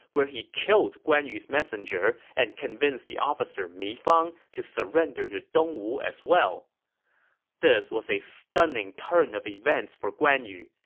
where he killed guan yu's messenger and convinced the officer mi fang to surrender to dongwu as well this was a stunning turn of events for guan yu.